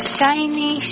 Shiny